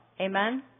Amen